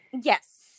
Yes